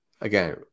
Again